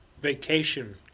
vacation